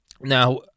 now